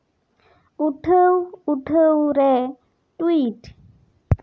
ᱩᱴᱷᱟᱹᱣ ᱩᱴᱷᱟᱹᱨᱮ ᱴᱩᱭᱤᱴ